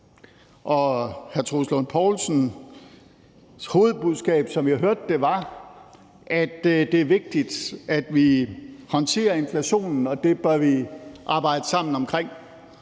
Og hr. Troels Lund Poulsens hovedbudskab, som jeg hørte det, var, at det er vigtigt, at vi håndterer inflationen, og at vi bør arbejde sammen omkring